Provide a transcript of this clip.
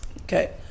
okay